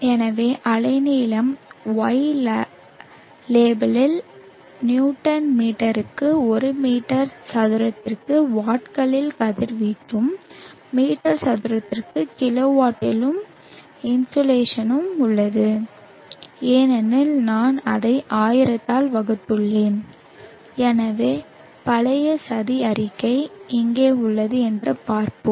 எனவே அலைநீளம் Y லேபிளில் நியூட்டன் மீட்டருக்கு ஒரு மீட்டர் சதுரத்திற்கு வாட்களில் கதிர்வீச்சும் மீட்டர் சதுரத்திற்கு கிலோவாட்டில் இன்சோலேஷனும் உள்ளது ஏனெனில் நான் அதை ஆயிரத்தால் வகுத்துள்ளேன் எனவே பழைய சதி அறிக்கை இங்கே உள்ளது என்று பார்ப்போம்